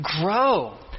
grow